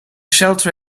shelter